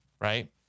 right